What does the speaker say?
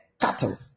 cattle